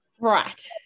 Right